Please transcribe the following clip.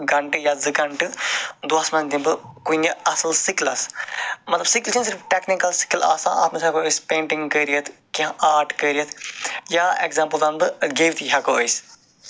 گَنٹہٕ یا زٕ گَنٹہٕ دۄہَس منٛز دِمہٕ بہٕ کُنہِ اَصٕل سِکلَس مطلب یِم ٹٮ۪کنِکَل سِکِل آسن اَتھ منٛز ہٮ۪کَو أسۍ پٮ۪نٹِنگ کٔرِتھ کیٚنہہ آرٹ کٔرِتھ یا اٮ۪گزامپٔل وَنہٕ بہٕ گٮ۪وتھٕے ہٮ۪کَو أسۍ